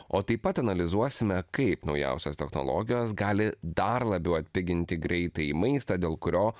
o taip pat analizuosime kaip naujausios technologijos gali dar labiau atpiginti greitąjį maistą dėl kurio